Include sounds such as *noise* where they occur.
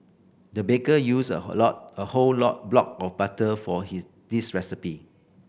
the baker used a *unintelligible* a whole *unintelligible* block of butter for he this recipe